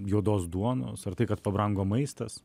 juodos duonos ar tai kad pabrango maistas